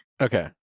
Okay